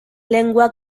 lengua